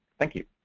thank you.